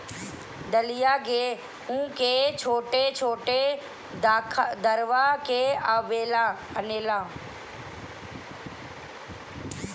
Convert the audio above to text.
दलिया गेंहू के छोट छोट दरवा के बनेला